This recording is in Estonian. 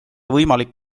võimalik